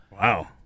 Wow